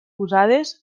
usades